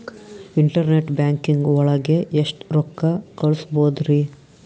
Internet banking ಒಳಗೆ ಎಷ್ಟ್ ರೊಕ್ಕ ಕಲ್ಸ್ಬೋದ್ ರಿ?